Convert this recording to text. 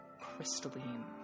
crystalline